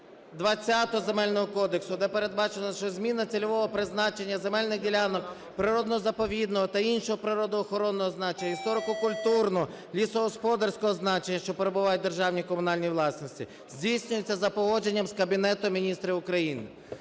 20 Земельного кодексу, де передбачено, що зміна цільового призначення земельних ділянок природно-заповідного та іншого природоохоронного значення, історико-культурного, лісогосподарського значення, що перебувають в державній і комунальній власності, здійснюється за погодженням з Кабінетом Міністрів України.